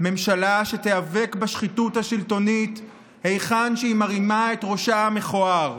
ממשלה שתיאבק בשחיתות השלטונית היכן שהיא מרימה את ראשה המכוער,